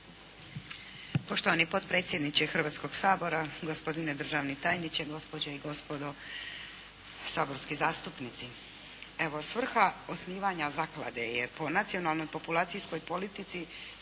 Poštovani potpredsjedniče Hrvatskoga sabora, gospodine državni tajniče, gospođe i gospodo saborski zastupnici. Evo, svrha osnivanja zaklade je, po nacionalnoj populacijskoj politici,